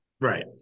Right